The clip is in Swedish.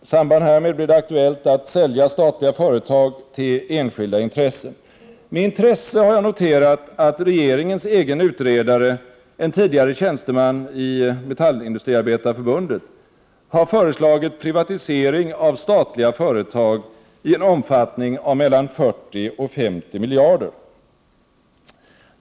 I samband härmed blir det aktuellt att sälja statliga företag till enskilda intressen. Med intresse har jag noterat att regeringens egen utredare, en tidigare tjänsteman på Metallindustriarbetareförbundet, har föreslagit privatisering av statliga företag i en omfattning av mellan 40 och 50 miljarder.